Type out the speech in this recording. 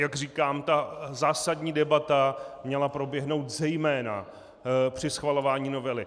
Jak říkám, zásadní debata měla proběhnout zejména při schvalování novely.